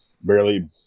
Barely